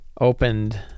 opened